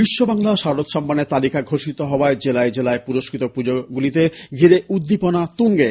বিশ্ববাংলা শারদ সম্মানের তালিকা ঘোষিত হওয়ায় জেলায় জেলায় পুরস্কৃত পুজোগুলিকে ঘিরে উদ্দীপনা তুঙ্গে